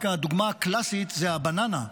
הדוגמה הקלאסית היא הבננה.